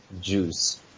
Jews